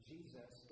Jesus